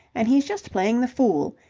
and he's just playing the fool.